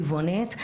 טבעונית,